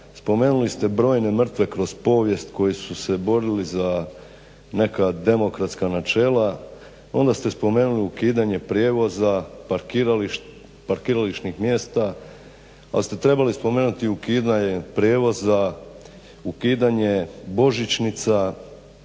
Spomenuli ste brojne mrtve kroz povijest koji su se borili za neka demokratska načela. Onda ste spomenuli ukidanje prijevoza, parkirališnih mjesta, ali ste trebali spomenuti i ukidanje prijevoza, ukidanje božićnica